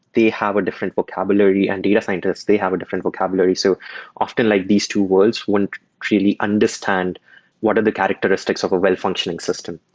have a different vocabulary and data scientist, they have a different vocabulary. so often, like these two worlds won't really understand what are the characteristics of a well-functioning system.